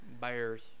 Bears